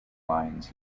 lions